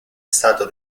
stato